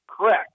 Correct